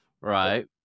Right